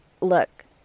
look